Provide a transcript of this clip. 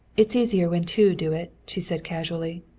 it's easier when two do it, she said casually.